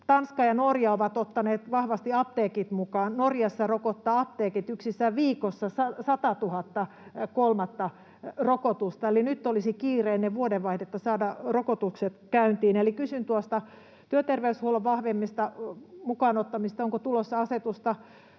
Tanska ja Norja ovat ottaneet vahvasti apteekit mukaan. Norjassa rokottavat yksistään apteekit viikossa 100 000 kolmatta rokotusta. Nyt olisi kiire ennen vuodenvaihdetta saada rokotukset käyntiin. Eli kysyn työterveyshuollon vahvemmasta mukaan ottamisesta, onko tulossa asetusta,